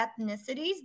ethnicities